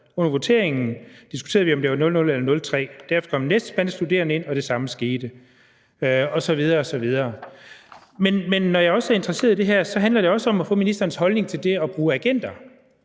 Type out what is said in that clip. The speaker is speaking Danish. Under voteringen diskuterede vi, om det var et 00 eller et -3. Derefter kom den næste spanske studerende ind og det samme skete.« Osv. osv. Når jeg er interesseret i det her, handler det også om at få ministerens holdning til det at bruge agenter.